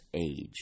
age